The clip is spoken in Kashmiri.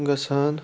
گژھان